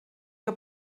que